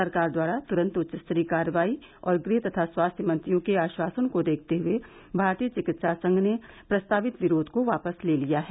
सरकार द्वारा तुरंत उच्च स्तरीय कार्रवाई और गृह तथा स्वास्थ्य मंत्रियों के आश्वासन को देखते हुए भारतीय चिकित्सा संघ ने प्रस्तावित विरोध को वापस ले लिया है